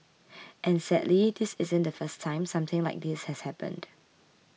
and sadly this isn't the first time something like this has happened